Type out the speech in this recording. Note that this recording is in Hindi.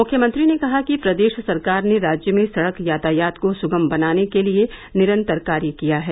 मुख्यमंत्री ने कहा कि प्रदेश सरकार ने राज्य में सड़क यातायात को सुगम बनाने के लिए निरंतर कार्य किया है